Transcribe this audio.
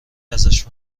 ازش